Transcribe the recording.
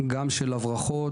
גם של הברחות,